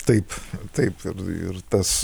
taip taip ir ir tas